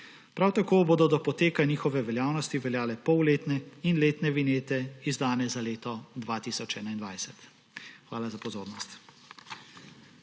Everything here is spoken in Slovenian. Prav tako bodo do poteka njihove veljavnosti veljale polletne in letne vinjete izdane za leto 2021. Hvala za pozornost.